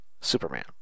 Superman